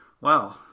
wow